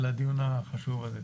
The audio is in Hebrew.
על הדיון החשוב הזה.